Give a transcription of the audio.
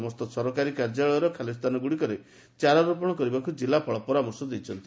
ସମସ୍ତ ସରକାରୀ କାର୍ଯ୍ୟାଳୟରେ ଥିବା ଖାଲି ସ୍ଥାନଗୁଡ଼ିକରେ ଚାରାରୋପଣ କରିବାକୁ କିଲ୍ଲାପାଳ ପରାମର୍ଶ ଦେଇଛନ୍ତି